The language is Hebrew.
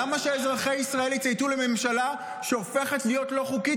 למה שאזרחי ישראל יצייתו לממשלה שהופכת להיות לא חוקית